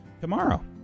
tomorrow